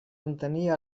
contenir